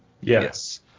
Yes